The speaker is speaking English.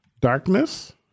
Darkness